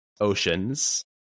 Oceans